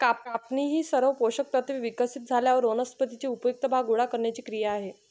कापणी ही सर्व पोषक तत्त्वे विकसित झाल्यावर वनस्पतीचे उपयुक्त भाग गोळा करण्याची क्रिया आहे